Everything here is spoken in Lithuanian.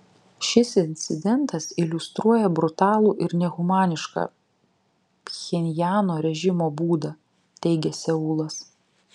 šis incidentas iliustruoja brutalų ir nehumanišką pchenjano režimo būdą teigia seulas